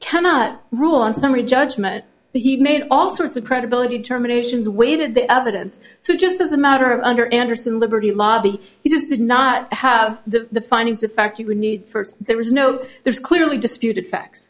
cannot rule on summary judgment that you made all sorts of credibility terminations waited the evidence so just as a matter of under andersen liberty lobby you just did not have the findings of fact you would need first there was no there's clearly disputed facts